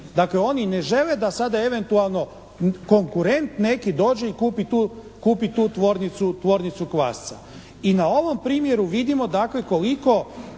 Dakle, oni ne žele da sada eventualno konkurent neki dođe i kupi tu tvornicu kvasca. I na ovom primjeru vidimo, dakle,